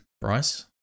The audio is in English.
Bryce